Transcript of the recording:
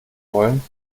wollen